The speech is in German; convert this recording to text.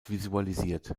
visualisiert